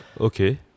Okay